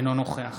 אינו נוכח